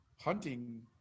hunting